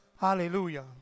hallelujah